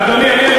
אדוני,